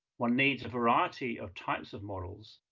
one needs a variety of types of models